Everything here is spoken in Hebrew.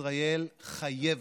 ישראל חייבת,